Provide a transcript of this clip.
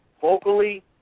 vocally